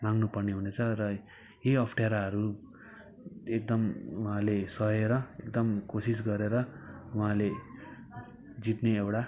माग्नुपर्ने हुनेछ र यही अप्ठ्याराहरू एकदम उहाँले सहेर एकदम कोसिस गरेर उहाँले जित्ने एउटा